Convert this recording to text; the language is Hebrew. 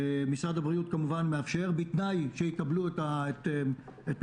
כשמשרד הבריאות כמובן מאפשר בתנאי שיקבלו את מלוא